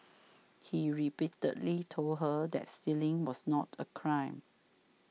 he repeatedly told her that stealing was not a crime